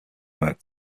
work